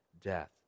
death